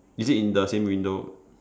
is it in the same window